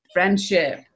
Friendship